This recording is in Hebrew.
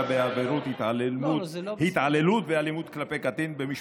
בעבירות התעללות ואלימות כלפי קטין במשפחתונים,